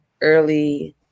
early